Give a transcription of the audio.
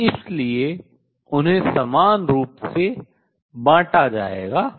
और इसलिए उन्हें समान रूप से बाँटा जाएगा